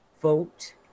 vote